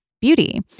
beauty